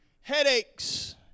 Headaches